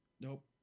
Nope